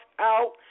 out